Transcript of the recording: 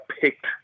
picked